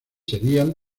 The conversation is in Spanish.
serían